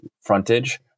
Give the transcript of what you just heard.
frontage